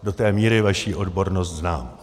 Do té míry vaši odbornost znám.